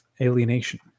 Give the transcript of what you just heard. alienation